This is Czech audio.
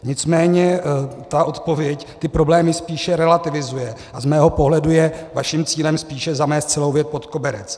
Nicméně ta odpověď problémy spíše relativizuje a z mého pohledu je vaším cílem spíše zamést celou věc pod koberec.